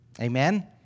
Amen